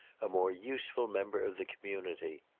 a more useful member of the community.